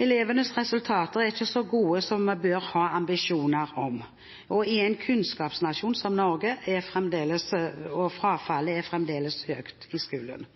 Elevenes resultater er ikke så gode som vi bør ha ambisjoner om i en kunnskapsnasjon som Norge, og frafallet i skolen er fremdeles høyt.